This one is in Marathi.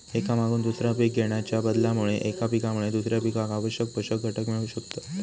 एका मागून दुसरा पीक घेणाच्या बदलामुळे एका पिकामुळे दुसऱ्या पिकाक आवश्यक पोषक घटक मिळू शकतत